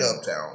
Uptown